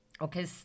Okay